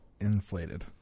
inflated